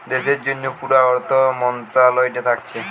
দেশের জন্যে পুরা অর্থ মন্ত্রালয়টা থাকছে